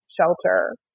shelter